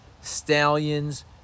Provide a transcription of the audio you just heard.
Stallions